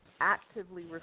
actively